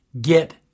get